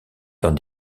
dans